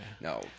no